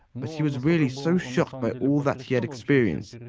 but he was really so shocked by all that he had experienced,